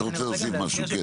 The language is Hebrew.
אתה רוצה להוסיף משהו כן?